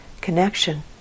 connection